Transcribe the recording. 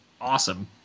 awesome